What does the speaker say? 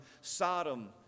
Sodom